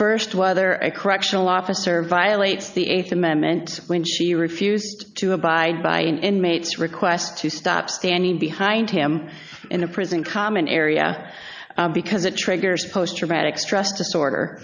first whether a correctional officer violates the eighth amendment when she refused to abide by an inmate's request to stop standing behind him in a prison common area because it triggers post traumatic stress disorder